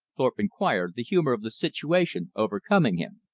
thorpe inquired, the humor of the situation overcoming him.